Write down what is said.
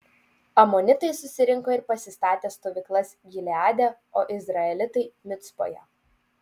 amonitai susirinko ir pasistatė stovyklas gileade o izraelitai micpoje